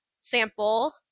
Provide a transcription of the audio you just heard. sample